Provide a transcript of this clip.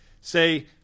say